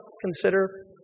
consider